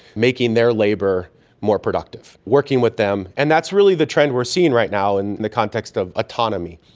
making their labour more productive, working with them, and that's really the trend we are seeing right now in the context of autonomy,